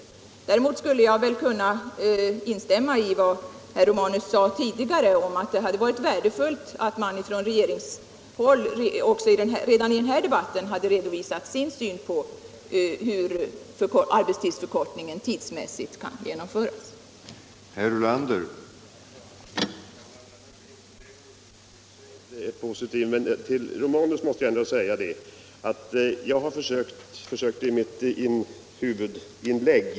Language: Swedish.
Däremot kan jag instämma i vad herr Romanus sade tidigare, nämligen att det hade varit värdefullt om regeringen redan i denna debatt redovisat sin syn på hur finansieringen av en arbetstidsförkortning tids = Nr 24 mässigt kan genomföras.